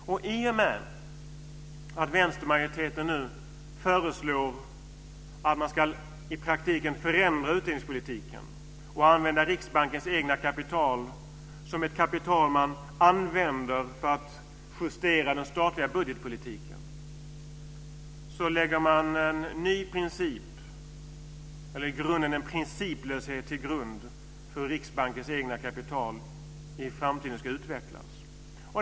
I och med att vänstermajoriteten föreslår att i praktiken förändra utdelningspolitiken och använda Riksbankens egna kapital för att justera den statliga budgetpolitiken lägger man en ny principlöshet till grund för hur Riksbankens egna kapital ska utvecklas i framtiden.